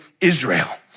Israel